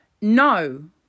no